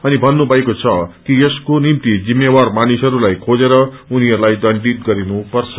अनि भन्नुभएको छ कि यसको निम्ति जिम्मेवार मानिसहरूलाई खोजेर उनीहरूलाई दण्डित गरिनुपर्छ